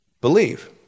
Believe